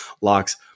locks